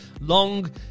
long